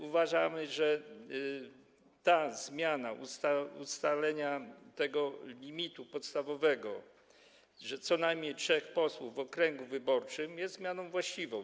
Uważamy, że ta zmiana, ustalenie limitu podstawowego: co najmniej trzech posłów w okręgu wyborczym, jest zmianą właściwą.